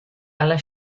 alla